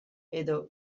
edo